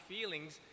feelings